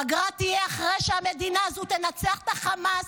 פגרה תהיה אחרי שהמדינה הזו תנצח את החמאס